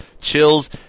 chills